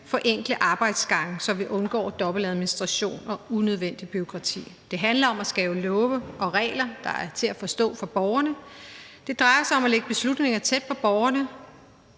forenkle arbejdsgange, så vi undgår dobbeltadministration og unødvendigt bureaukrati. Det handler om at skabe love og regler, der er til at forstå for borgerne. Det drejer sig om at lægge beslutninger tæt på borgerne